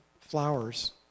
flowers